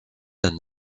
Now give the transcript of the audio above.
than